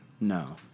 No